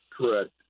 correct